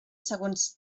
segons